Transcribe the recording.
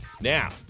Now